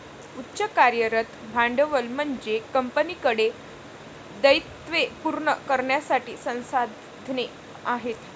उच्च कार्यरत भांडवल म्हणजे कंपनीकडे दायित्वे पूर्ण करण्यासाठी संसाधने आहेत